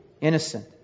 innocent